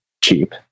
cheap